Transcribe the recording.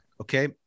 Okay